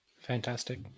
Fantastic